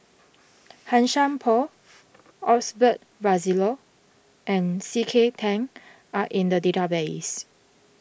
Han Sai Por Osbert Rozario and C K Tang are in the database